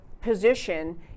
position